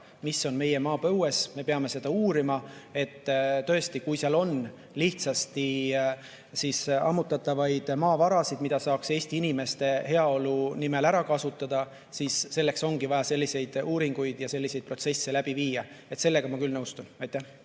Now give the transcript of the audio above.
mis on meie maapõues, ja me peame seda uurima. Tõesti, kui seal on lihtsasti ammutatavaid maavarasid, mida saaks Eesti inimeste heaolu nimel ära kasutada, siis selleks ongi vaja selliseid uuringuid ja protsesse läbi viia. Sellega ma küll nõustun.